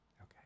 Okay